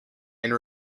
and